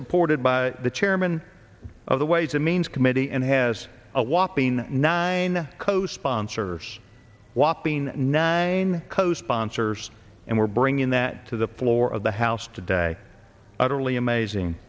supported by the chairman of the ways and means committee and has a whopping nine co sponsors whopping nine co sponsors and we're bringing the to the floor of the house today utterly amazing